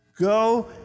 Go